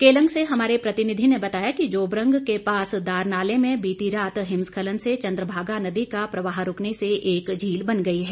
केलंग से हमारे प्रतिनिधि ने बताया कि जोबरंग के पास दार नाले में बीती रात हिमस्खलन ने चंद्र भागा नदी का प्रवाह रूकने से एक झील बन गई है